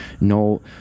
no